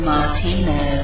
Martino